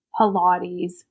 Pilates